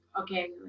okay